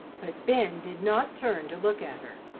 but ben did not turn to look at her.